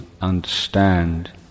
understand